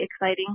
exciting